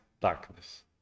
Darkness